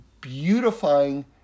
beautifying